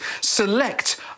Select